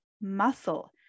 muscle